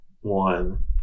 one